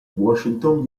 washington